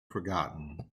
forgotten